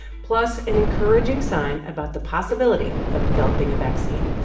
plus an encouraging sign about the possibility of developing a vaccine.